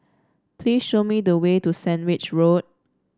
please show me the way to Sandwich Road